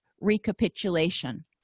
recapitulation